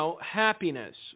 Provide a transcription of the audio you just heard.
happiness